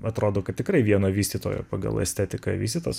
atrodo kad tikrai vieno vystytojo pagal estetiką vizitas